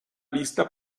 vista